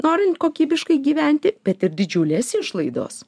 norint kokybiškai gyventi bet ir didžiulės išlaidos